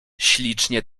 ślicznie